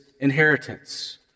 inheritance